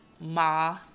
ma